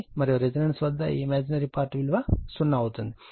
మరియు రెసోనెన్స్ వద్ద ఈ ఇమాజినరీ పార్ట్ విలువ 0 అవుతుంది అయితే XC 69